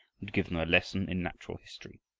would give them a lesson in natural history.